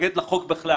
ונתנגד לחוק בכלל